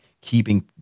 keeping